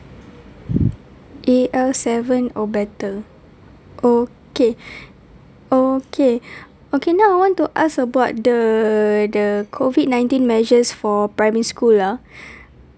A_L seven or better okay okay okay now I want to ask about the the COVID nineteen measures for primary school ah